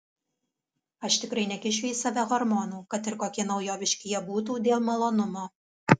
aš tikrai nekišiu į save hormonų kad ir kokie naujoviški jie būtų dėl malonumo